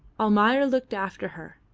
almayer looked after her,